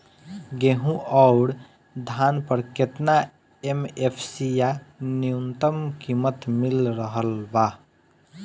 गेहूं अउर धान पर केतना एम.एफ.सी या न्यूनतम कीमत मिल रहल बा?